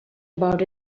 about